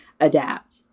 adapt